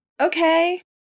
Okay